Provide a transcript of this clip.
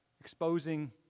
exposing